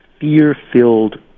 fear-filled